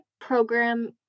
program